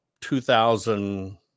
2000